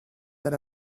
than